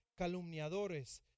calumniadores